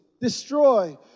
destroy